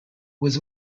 was